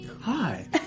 Hi